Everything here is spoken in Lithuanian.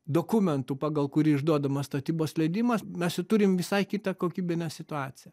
dokumentu pagal kurį išduodamas statybos leidimas mes jau turim visai kitą kokybinę situaciją